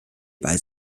bei